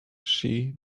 she